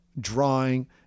drawing